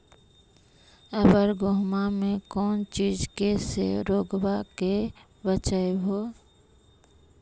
अबर गेहुमा मे कौन चीज के से रोग्बा के बचयभो?